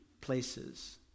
places